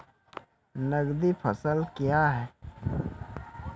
नगदी फसल क्या हैं?